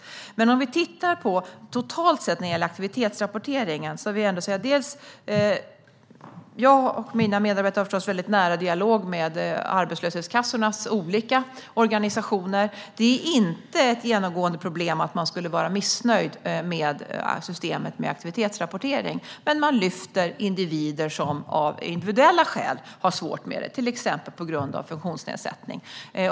Men när det gäller aktivitetsrapporteringen totalt sett har jag och mina medarbetare förstås en väldigt nära dialog med arbetslöshetskassornas olika organisationer. Att de skulle vara missnöjda med systemet med aktivitetsrapportering är inte ett genomgående problem, men de lyfter fram personer som av individuella skäl har svårt med det, till exempel på grund av funktionsnedsättning.